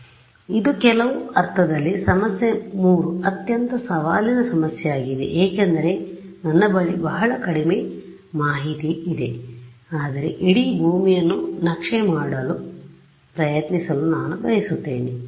ಆದ್ದರಿಂದ ಇದು ಕೆಲವು ಅರ್ಥದಲ್ಲಿ ಸಮಸ್ಯೆ 3 ಅತ್ಯಂತ ಸವಾಲಿನ ಸಮಸ್ಯೆಯಾಗಿದೆ ಏಕೆಂದರೆ ನನ್ನ ಬಳಿ ಬಹಳ ಕಡಿಮೆ ಮಾಹಿತಿಯಿದೆ ಆದರೆ ಇಡೀ ಭೂಮಿಯನ್ನು ನಕ್ಷೆ ಮಾಡಲು ಪ್ರಯತ್ನಿಸಲು ನಾನು ಬಯಸುತ್ತೇನೆ